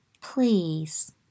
please